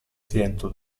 ciento